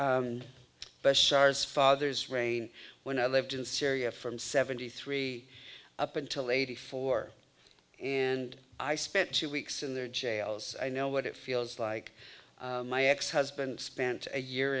is father's reign when i lived in syria from seventy three up until eighty four and i spent two weeks in there jails i know what it feels like my ex husband spent a year